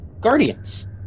Guardians